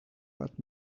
but